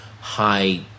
high